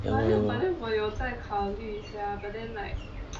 ya lor ya lor